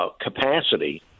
capacity